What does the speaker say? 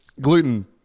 gluten